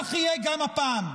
כך יהיה גם הפעם.